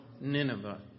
Nineveh